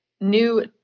new